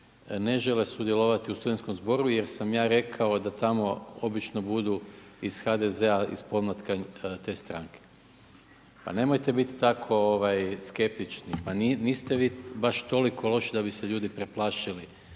ne žele sudjelovati u studentskom zboru jer sam ja rekao da tamo obično budu iz HDZ-a, iz pomlatka te stranke. Pa nemojte biti tako skeptični, pa niste vi baš toliko loše da bi se ljudi preplašili